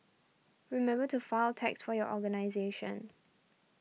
remember to file tax for your organisation